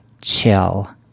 chill